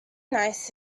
nice